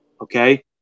Okay